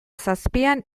zazpian